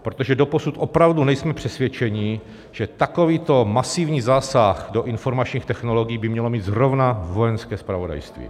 Protože doposud opravdu nejsme přesvědčeni, že takovýto masivní zásah do informačních technologií by mělo mít zrovna Vojenské zpravodajství.